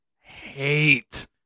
hate